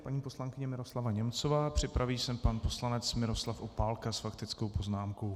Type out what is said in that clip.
Paní poslankyně Miroslava Němcová, připraví se pan poslanec Miroslav Opálka s faktickou poznámkou.